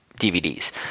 DVDs